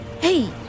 Hey